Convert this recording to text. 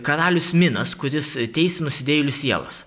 karalius minas kuris teis nusidėjėlių sielas